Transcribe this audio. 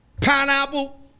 pineapple